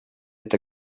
est